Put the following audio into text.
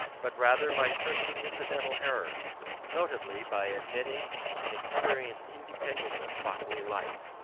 but rather by certain incidental errors notably by admitting an experience independent of bodily life,